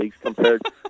compared